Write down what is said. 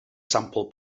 sampl